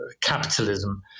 capitalism